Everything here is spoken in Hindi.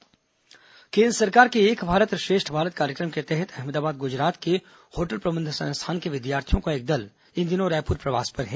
एक भारत श्रेष्ठ भारत केन्द्र सरकार के एक भारत श्रेष्ठ भारत कार्यक्रम के तहत अहमदाबाद गुजरात के होटल प्रबंध संस्थान के विद्यार्थियों का एक दल इन दिनों रायपुर प्रवास पर है